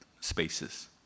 spaces